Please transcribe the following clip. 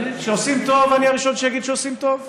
כשעושים טוב אני הראשון שיגיד שעושים טוב.